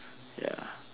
ya